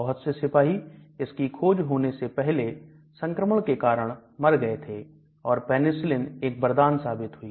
बहुत से सिपाही इसकी खोज होने से पहले संक्रमण के कारण मर गए थे और पेनिसिलिन एक वरदान साबित हुई